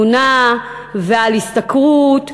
על תזונה ועל השתכרות,